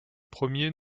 premier